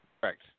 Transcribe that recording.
Correct